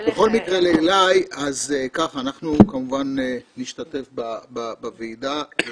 בכל מקרה, אנחנו כמובן נשתתף בוועידה.